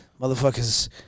motherfuckers